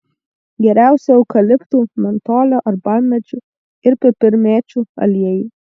geriausi eukaliptų mentolio arbatmedžių ir pipirmėčių aliejai